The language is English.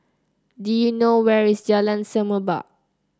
do you know where is Jalan Semerbak